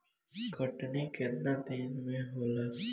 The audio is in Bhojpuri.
कटनी केतना दिन मे होला?